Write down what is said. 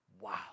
Wow